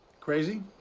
crazy?